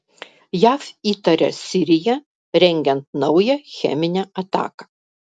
jav įtaria siriją rengiant naują cheminę ataką